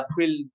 April